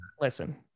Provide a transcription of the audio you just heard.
listen